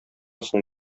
соң